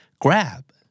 Grab